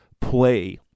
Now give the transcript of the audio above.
play